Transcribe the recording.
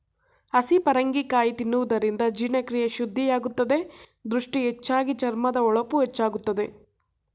ಹಸಿ ಪರಂಗಿ ಕಾಯಿ ತಿನ್ನುವುದರಿಂದ ಜೀರ್ಣಕ್ರಿಯೆ ಶುದ್ಧಿಯಾಗುತ್ತದೆ, ದೃಷ್ಟಿ ಹೆಚ್ಚಾಗಿ, ಚರ್ಮದ ಹೊಳಪು ಹೆಚ್ಚಾಗುತ್ತದೆ